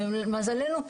למזלנו,